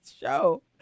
show